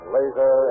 Laser